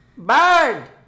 Bird